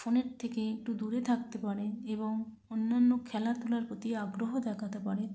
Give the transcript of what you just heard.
ফোনের থেকে একটু দূরে থাকতে পারে এবং অন্যান্য খেলাধূলার প্রতি আগ্রহ দেখাতে পারে